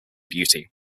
beauty